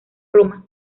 roma